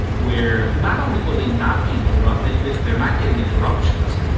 where not only will they not be interrupted, that they're not getting interruptions.